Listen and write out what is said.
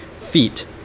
feet